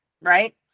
right